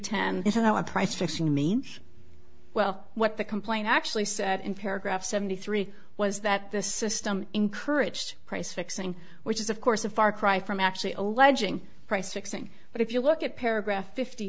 hour price fixing i mean well what the complaint actually said in paragraph seventy three was that the system encouraged price fixing which is of course a far cry from actually alleging price fixing but if you look at paragraph fifty